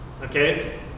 Okay